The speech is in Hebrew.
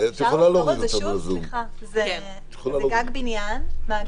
שוב, סליחה, זה גג בניין, מאגר.